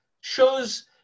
shows